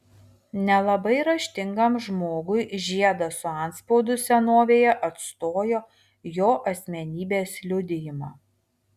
nelabai raštingam žmogui žiedas su antspaudu senovėje atstojo jo asmenybės liudijimą